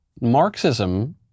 Marxism